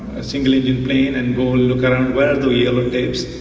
a singulated plane and go look do yellow tapes,